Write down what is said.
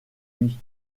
lui